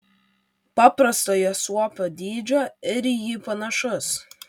paprastojo suopio dydžio ir į jį panašus